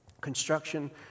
construction